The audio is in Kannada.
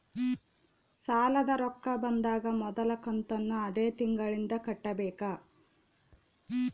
ಸಾಲದ ರೊಕ್ಕ ಬಂದಾಗ ಮೊದಲ ಕಂತನ್ನು ಅದೇ ತಿಂಗಳಿಂದ ಕಟ್ಟಬೇಕಾ?